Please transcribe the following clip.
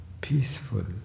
peaceful